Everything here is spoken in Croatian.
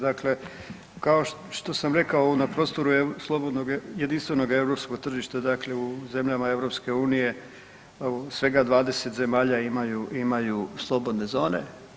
Dakle, kao što sam rekao na prostoru slobodnog jedinstvenog europskog tržišta dakle u zemljama EU svega 20 zemalja imaju, imaju slobodne zone.